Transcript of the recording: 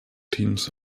teams